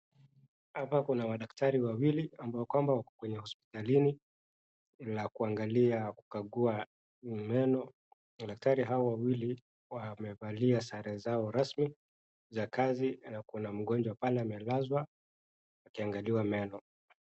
Hapa kuna madaktari wawili ambapo kwamba wako hospitalini la kuangalia kukangua meno. Madaktari hawa wawili wamevalia sare zao rasmi za kazi na kuna mgonjwa hapo amelazwa akiangaliwa meno.